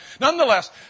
nonetheless